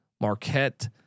Marquette